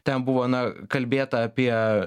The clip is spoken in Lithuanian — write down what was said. ten buvo na kalbėta apie